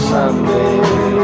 Sunday